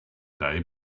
day